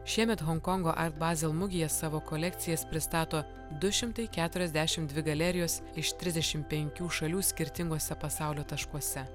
šiemet honkongo art basel mugėje savo kolekcijas pristato du šimtai keturiasdešimt dvi galerijos iš trisdešimt penkių šalių skirtinguose pasaulio taškuose